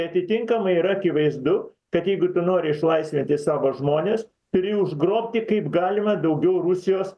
atitinkamai yra akivaizdu kad jeigu tu nori išlaisvinti savo žmones turi užgrobti kaip galima daugiau rusijos